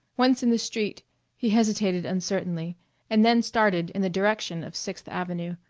once in the street he hesitated uncertainly and then started in the direction of sixth avenue,